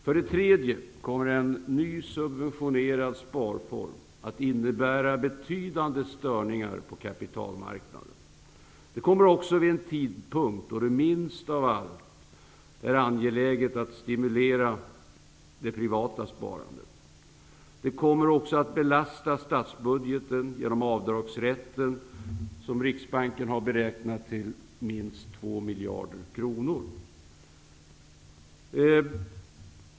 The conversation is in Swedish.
För det tredje kommer en ny subventionerad sparform att innebära betydande störningar på kapitalmarknaden. Detta kommer också vid en tidpunkt då det minst av allt är angeläget att stimulera det privata sparandet. Det kommer också att belasta statsbudgeten genom avdragsrätten, som Riksbanken har beräknat till minst 2 miljarder kronor.